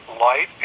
light